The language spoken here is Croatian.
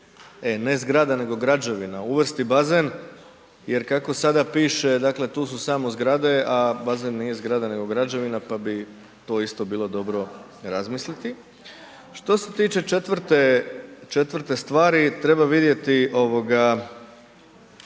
ne zgrada nego građevina uvrsti bazen, jer kako sada piše tu su samo zgrade, a bazen nije zgrada nego građevina, pa bi to isto bilo dobro razmisliti. Što se tiče četvrte stvari, treba vidjeti što